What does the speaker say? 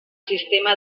sistema